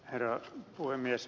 herra puhemies